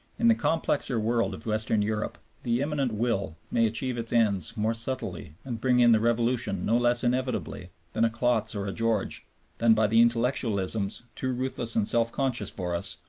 in the complexer world of western europe the immanent will may achieve its ends more subtly and bring in the revolution no less inevitably through a klotz or a george than by the intellectualisms, too ruthless and self-conscious for us,